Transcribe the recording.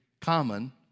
common